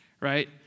right